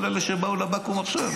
כל אלה שבאו לבקו"ם עכשיו,